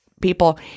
people